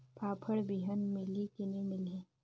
फाफण बिहान मिलही की नी मिलही?